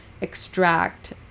extract